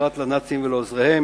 פרט לנאצים ולעוזריהם,